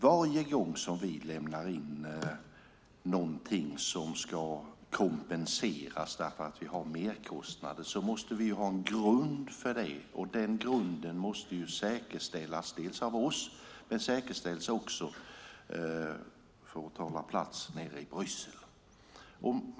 Varje gång vi lämnar in någonting som ska kompenseras för att vi har merkostnader måste vi ha en grund för det, och den grunden måste säkerställas dels av oss, dels - för att tala plats - nere i Bryssel.